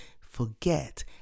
forget